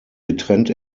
getrennt